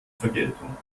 vergeltung